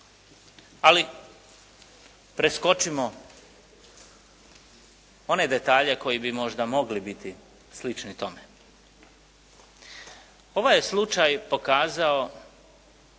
Ali preskočimo one detalje koji bi možda mogli biti slični tome. Ovaj je slučaj pokazao